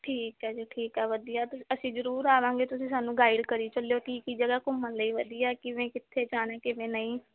ਠੀਕ ਹੈ ਜੀ ਠੀਕ ਹੈ ਵਧੀਆ ਤੁ ਅਸੀਂ ਜ਼ਰੂਰ ਆਵਾਂਗੇ ਤੁਸੀਂ ਸਾਨੂੰ ਗਾਈਡ ਕਰੀ ਚੱਲਿਓ ਕੀ ਕੀ ਜਗ੍ਹਾ ਘੁੰਮਣ ਲਈ ਵਧੀਆ ਕਿਵੇਂ ਕਿੱਥੇ ਜਾਣਾ ਕਿਵੇਂ ਨਹੀਂ